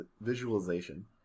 visualization